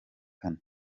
kane